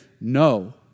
no